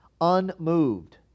unmoved